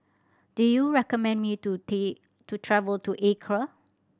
do you recommend me to take to travel to Accra